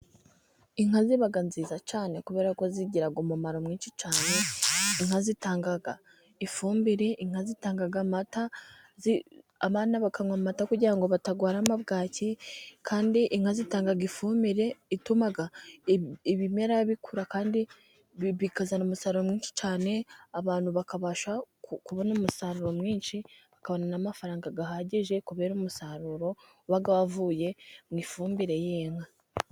Inka ziba nziza cyane kubera ko zigira umumaro mwinshi cyane. Inka zitanga ifumbire, inka zitanga amata abana bakanywa amata kugira ngo batarwara bwaki, kandi inka zitanga ifumbire ituma ibimera bikura, kandi bikazana umusaruro mwinshi cyane, abantu bakabasha kubona umusaruro mwinshi bakabona n'amafaranga ahagije kubere umusaruro uba wavuye mu ifumbire y'iyi nka.